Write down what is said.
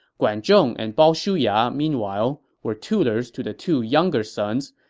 guan zhong and bao shuya, meanwhile, were tutors to the two younger sons,